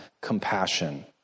compassion